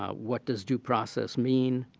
ah what does due process mean?